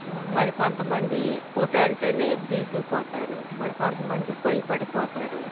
మరికొంత మంది ఫోటో అంటేనే బిగుసుకుపోతారు మరికొంత మంది భయపడిపోతారు